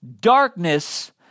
Darkness